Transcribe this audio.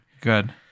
good